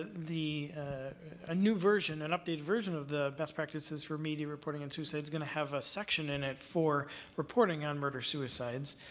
the a new version, an updated version of the best practices for media reporting on tuesday, it's going to have a section in it for reporting on murder-suicides.